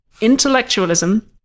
intellectualism